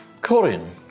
Corin